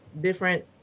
different